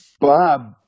Bob